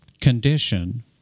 condition